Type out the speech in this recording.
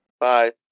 Bye